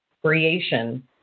creation